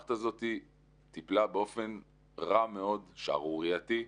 המערכת הזאת טיפלה באופן רע מאוד, שערורייתי,